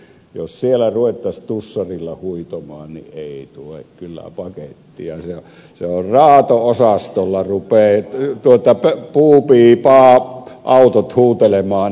jos siellä ruvettaisiin tussarilla huitomaan niin ei tule kyllä pakettia raato osastolla rupeavat puu pii paa autot huutelemaan